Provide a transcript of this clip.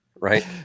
Right